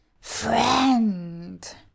Friend